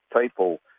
people